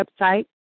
website